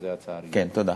תודה.